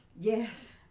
Yes